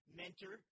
mentor